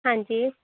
ਹਾਂਜੀ